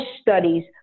studies